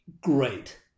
great